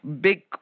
big